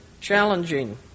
challenging